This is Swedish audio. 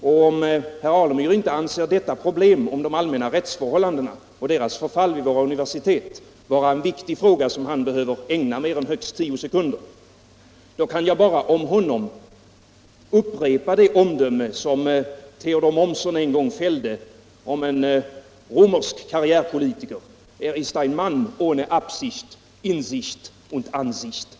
Och om herr Alemyr inte anser detta problem med de allmänna rättsförhållandena och deras förfall vid våra universitet vara en viktig fråga, som han behöver ägna mer än högst tio sekunder, kan jag bara om honom upprepa det omdöme som Theodor Mommsen en gång fällde om en romersk karriärpolitiker: Er ist ein Mann ohne Absicht, Einsicht und Ansicht.